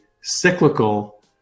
cyclical